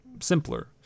simpler